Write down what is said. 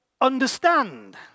understand